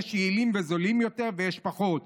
יש יעילים וזולים יותר ויש פחות.